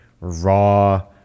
raw